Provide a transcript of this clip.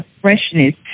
freshness